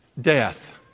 death